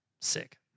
Sick